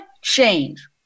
change